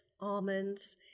almonds